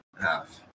half